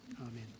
Amen